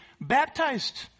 baptized